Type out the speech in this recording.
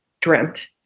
dreamt